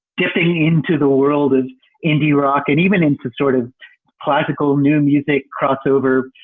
dipping into the world of indie rock and even into sort of classical new music crossover.